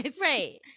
Right